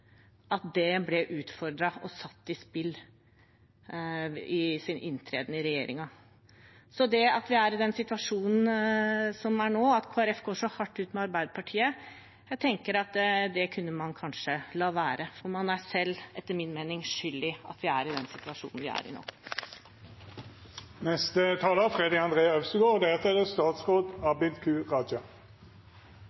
ble utfordret og satt i spill ved deres inntreden i regjeringen. Det at Kristelig Folkeparti nå går så hardt ut mot Arbeiderpartiet, tenker jeg at man kanskje kunne la være, for man er selv, etter min mening, skyld i at vi er i den situasjonen vi er i